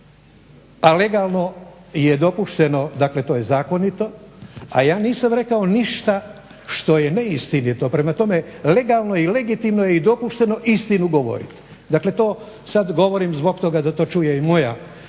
a legalno je dopušteno, dakle to je zakonito, a ja nisam rekao ništa što je neistinito. Prema tome, legalno i legitimno je i dopušteno istinu govoriti. Dakle to sad govorim zbog toga da to čuje i moj